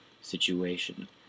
situation